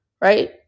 right